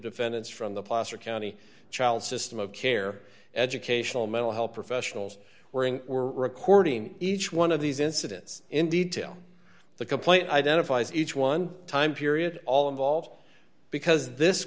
defendants from the placer county child system of care educational mental health professionals working were recording each one of these incidents indeed till the complaint identifies each one time period all involved because this